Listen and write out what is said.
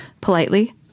politely